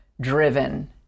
driven